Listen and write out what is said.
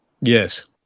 Yes